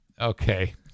Okay